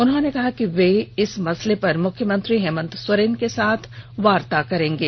उन्होंने कहा कि वे इस मसले पर मुख्यमंत्री हेमंत सोरेन के साथ वार्ता करेंगे